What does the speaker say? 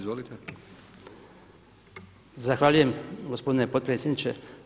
Zahvaljujem gospodine potpredsjedniče.